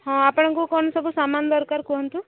ହଁ ଆପଣଙ୍କୁ କ'ଣ ସବୁ ସାମାନ ଦରକାର କୁହନ୍ତୁ